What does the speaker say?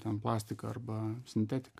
ten plastiką arba sintetiką